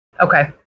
Okay